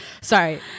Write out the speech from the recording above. sorry